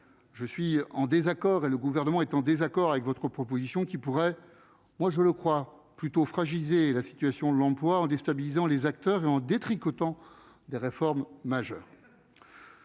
je suis en désaccord et le gouvernement est en désaccord avec votre proposition qui pourrait, moi je le crois plutôt fragilisé la situation de l'emploi en déstabilisant les acteurs et en détricotant des réformes majeures.